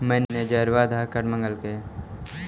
मैनेजरवा आधार कार्ड मगलके हे?